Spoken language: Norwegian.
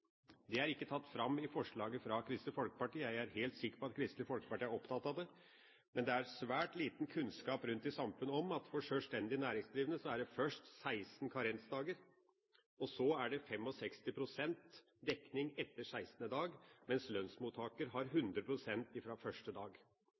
Det er ikke tatt fram i forslaget fra Kristelig Folkeparti. Jeg er helt sikker på at Kristelig Folkeparti er opptatt av det, men det er svært liten kunnskap rundt i samfunnet om at for sjølstendig næringsdrivende er det først 16 karensdager, og så er det 65 pst. dekning etter 16. dag, mens lønnsmottakere har